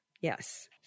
Yes